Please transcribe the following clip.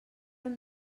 hem